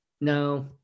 No